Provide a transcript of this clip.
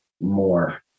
more